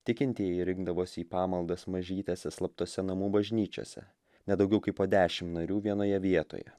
tikintieji rinkdavosi į pamaldas mažytėse slaptose namų bažnyčiose ne daugiau kaip po dešimt narių vienoje vietoje